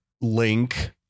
link